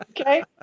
Okay